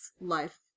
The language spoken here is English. life